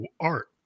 art